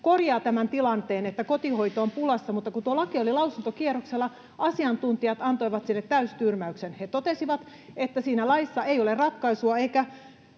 korjaa tämän tilanteen, että kotihoito on pulassa, mutta kun tuo laki oli lausuntokierroksella, asiantuntijat antoivat sille täystyrmäyksen. He totesivat, että siinä laissa ei ole ratkaisua eikä